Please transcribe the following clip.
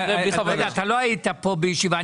אתה לא היית פה בישיבה.